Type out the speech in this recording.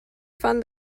fan